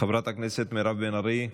חברת הכנסת מירב בן ארי,